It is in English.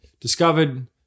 discovered